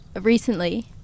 recently